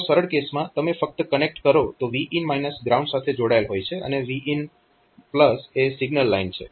તો સરળ કેસમાં તમે ફક્ત કનેક્ટ કરો તો Vin ગ્રાઉન્ડ સાથે જોડાયેલ હોય છે અને Vin એ સિગ્નલ લાઇન છે